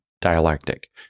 dialectic